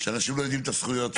שאנשים לא יודעים את הזכויות שלהם.